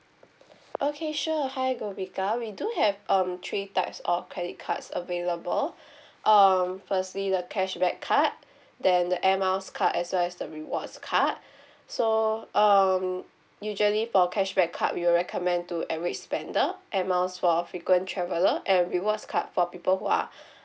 okay sure hi gopika we do have um three types of credit cards available um firstly the cashback card then the air miles card as well as the rewards card so um usually for cashback card we will recommend to average spender air miles for frequent traveller and rewards card for people who are